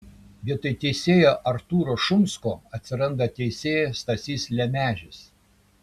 vietoj teisėjo artūro šumsko atsiranda teisėjas stasys lemežis